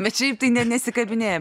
bet šiaip tai ne nesikabinėja